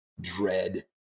dread